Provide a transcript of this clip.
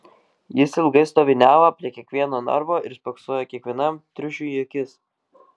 jis ilgai stoviniavo prie kiekvieno narvo ir spoksojo kiekvienam triušiui į akis